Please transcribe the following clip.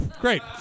great